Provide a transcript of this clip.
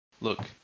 look